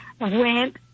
went